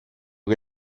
che